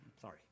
Sorry